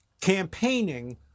campaigning